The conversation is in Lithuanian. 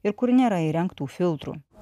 ir kur nėra įrengtų filtrų